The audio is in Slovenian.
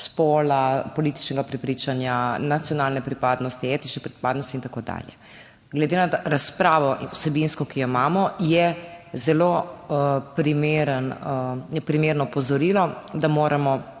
političnega prepričanja, nacionalne pripadnosti, etične pripadnosti in tako dalje. Glede na razpravo vsebinsko, ki jo imamo, je zelo primeren, primerno opozorilo, da moramo